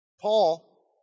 Paul